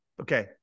okay